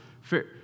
fair